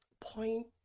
point